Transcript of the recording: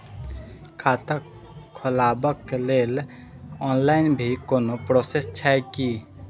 खाता खोलाबक लेल ऑनलाईन भी कोनो प्रोसेस छै की?